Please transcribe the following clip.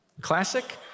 classic